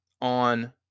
on